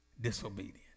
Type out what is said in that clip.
Disobedience